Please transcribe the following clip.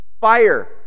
fire